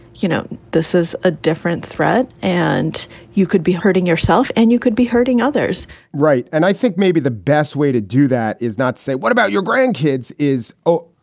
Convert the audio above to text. you know, this is a different threat and you could be hurting yourself and you could be hurting others right. and i think maybe the best way to do that is not say, what about your grandkids is, oh,